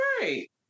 right